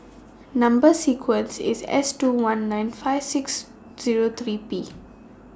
Number sequence IS S two one nine five six Zero three P